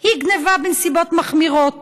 היא גנבה בנסיבות מחמירות